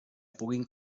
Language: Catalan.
puguin